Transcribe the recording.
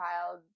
child